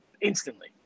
instantly